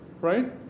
Right